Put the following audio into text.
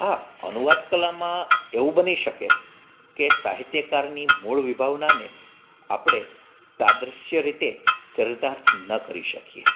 હા અનુવાદકલામાં એવું બની શકે કે સાહિત્યકારની મૂળ વિભાવનાને આપણે તાદૃશ્ય રીતે ચરિતાર્થ ન કરી શકીએ